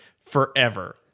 forever